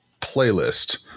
playlist